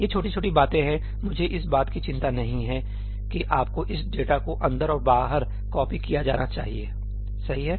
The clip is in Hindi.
ये छोटी छोटी बातें हैं मुझे इस बात की चिंता नहीं है कि आपको इस डेटा को अंदर और बाहर कॉपी किया जाना चाहिएसही है